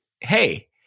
hey